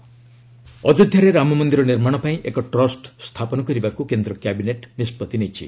PM Ayodhya ଅଯୋଧ୍ୟାରେ ରାମମନ୍ଦିର ନିର୍ମାଣ ପାଇଁ ଏକ ଟ୍ରଷ୍ଟ ସ୍ଥାପନ କରିବାକୁ କେନ୍ଦ୍ର କ୍ୟାବିନେଟ୍ ନିଷ୍କଭି ନେଇଛି